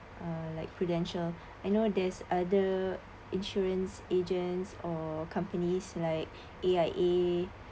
uh like Prudential I know there's other insurance agents or companies like A_I_A